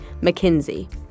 McKinsey